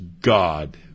God